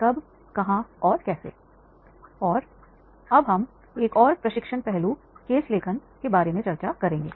कब कहां और कैसे और अब हम एक और प्रशिक्षण पहलू केस लेखन के बारे में चर्चा करेंगे